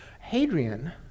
Hadrian